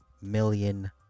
million